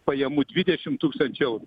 pajamų dvidešimt tūkstančių eurų